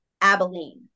Abilene